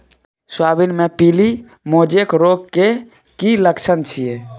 Soybean मे पीली mosaic रोग के की लक्षण छीये?